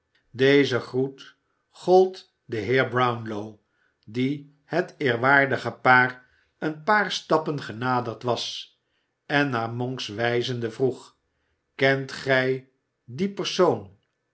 deze groet gold den heer brownlow die het eerwaardige paar een paar stappen genaderd was en naar monks wijzende vroeg kent gij dien persoon